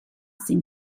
seem